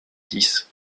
dix